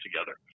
together